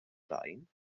straen